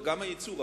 וגם הייצור,